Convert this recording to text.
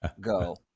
go